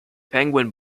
penguin